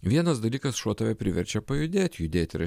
vienas dalykas šuo tave priverčia pajudėt judėt yra